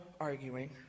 arguing